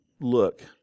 look